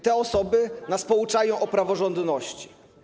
Te osoby nas pouczają o praworządności.